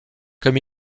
comme